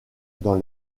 dans